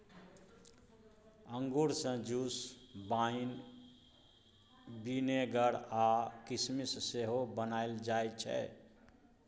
अंगुर सँ juice, wine, vinegar आ किसमिस सेहो बनाएल जाइ छै